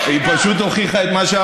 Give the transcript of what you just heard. לא, היא פשוט הוכיחה את מה שאמרתי.